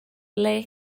ble